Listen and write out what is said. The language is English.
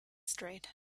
straight